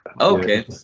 Okay